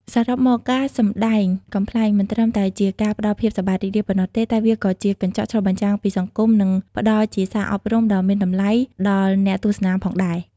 សរុបមក ការសម្ដែងកំប្លែងមិនត្រឹមតែជាការផ្ដល់ភាពសប្បាយរីករាយប៉ុណ្ណោះទេ តែវាក៏ជាកញ្ចក់ឆ្លុះបញ្ចាំងពីសង្គម និងផ្ដល់ជាសារអប់រំដ៏មានតម្លៃ ដល់អ្នកទស្សនាផងដែរ។